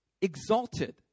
exalted